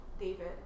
David